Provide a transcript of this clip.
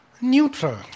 neutral